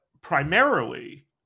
primarily